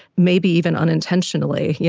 maybe even unintentionally. yeah